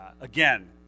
Again